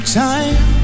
time